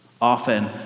often